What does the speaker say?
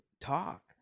talk